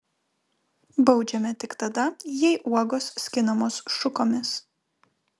baudžiame tik tada jei uogos skinamos šukomis